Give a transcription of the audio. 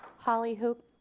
holly hocut,